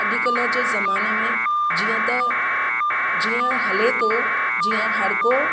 अॼु कल्ह जे ज़माने में जीअं त जीअं हले थो जीअं हरि को